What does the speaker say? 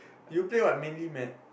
you play what mini map